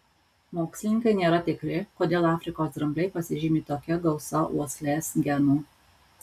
mokslininkai nėra tikri kodėl afrikos drambliai pasižymi tokia gausa uoslės genų